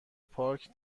پارک